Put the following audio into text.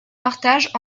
partage